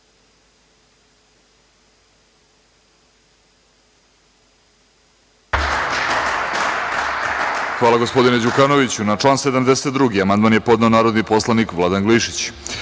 Hvala, gospodine Đukanoviću. Na član 72. amandman je podneo narodni poslanik Vladan Glišić. Vlada